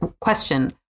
question